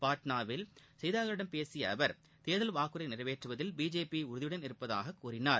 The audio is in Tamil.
பாட்னாவில் செய்தியாளர்களிடம் பேசிய அவர் தேர்தல் வாக்குறுதிகளை நிறைவேற்றுவதில் பிஜேபி உறுதியுடன் உள்ளதாக கூறினார்